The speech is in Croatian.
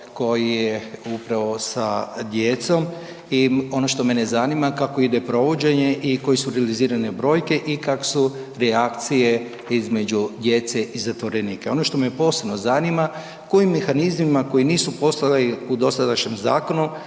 koji je upravo sa djecom i ono što mene zanima kako ide provođenje i koje su realizirane brojke i kak su reakcije između djece i zatvorenika. Ono što me posebno zanima kojim mehanizmima koji nisu postojali u dosadašnjem zakonu